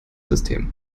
system